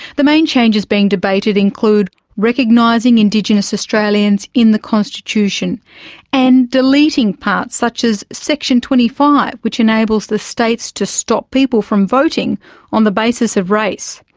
the main changes being debated include recognising indigenous australians in the constitution and deleting parts such as section twenty five which enables to states to stop people from voting on the basis of race.